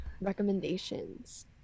recommendations